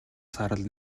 саарал